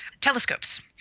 telescopes